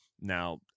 Now